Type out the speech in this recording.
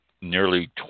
Nearly